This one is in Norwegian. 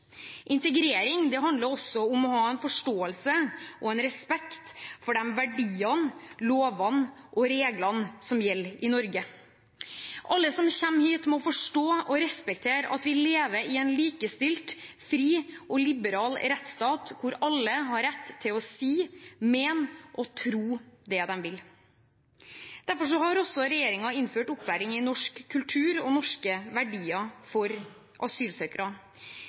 Integrering handler også om å ha en forståelse og en respekt for de verdiene, lovene og reglene som gjelder i Norge. Alle som kommer hit, må forstå og respektere at vi lever i en likestilt, fri og liberal rettsstat hvor alle har rett til å si, mene og tro det de vil. Derfor har regjeringen innført opplæring i norsk kultur og norske verdier for asylsøkere.